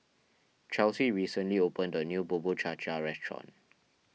Chelsey recently opened a new Bubur Cha Cha Restaurant